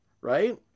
right